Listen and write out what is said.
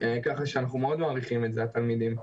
ככה שאנחנו מאוד מעריכים את זה, התלמידים.